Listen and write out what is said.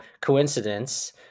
coincidence